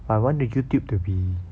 but I want the YouTube to be